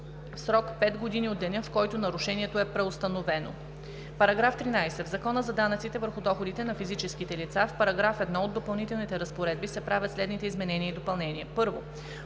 срок пет години от деня, в който нарушението е преустановено.“ § 13. В Закона за данъците върху доходите на физическите лица (обн., ДВ, бр. ...) в § 1 от допълнителните разпоредби се правят следните изменения и допълнения: 1.